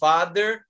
Father